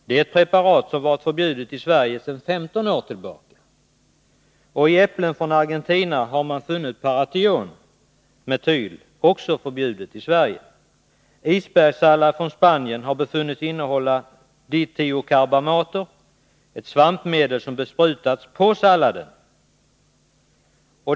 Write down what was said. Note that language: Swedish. Det är ett preparat som är förbjudet i Sverige sedan 15 år tillbaka. I äpplen från Argentina har man funnit paration-metyl, som också är förbjudet i Sverige. Isbergssallad från Spanien har befunnits innehålla Ditiokarbamater — ett svampmedel som sprutas på salladen.